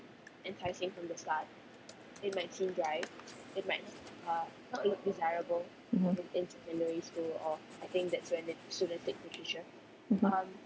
mmhmm mmhmm